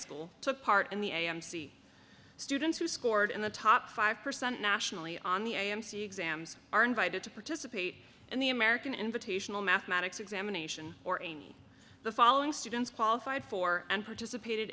school took part in the amc students who scored in the top five percent nationally on the amc exams are invited to participate in the american invitational mathematics examination or in the following students qualified for and participated